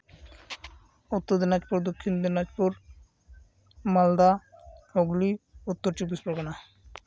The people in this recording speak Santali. ᱩᱛᱛᱚᱨ ᱫᱤᱱᱟᱡᱽᱯᱩᱨ ᱫᱚᱠᱠᱷᱤᱱ ᱫᱤᱱᱟᱡᱽᱯᱩᱨ ᱢᱟᱞᱫᱟ ᱦᱩᱜᱽᱞᱤ ᱩᱛᱛᱚᱨ ᱪᱚᱵᱵᱤᱥ ᱯᱚᱨᱜᱚᱱᱟ